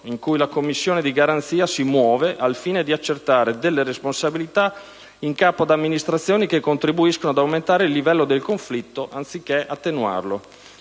in cui la Commissione di garanzia si muove al fine di accertare delle responsabilità in capo ad amministrazioni che contribuiscono ad aumentare il livello del conflitto anziché attenuarlo.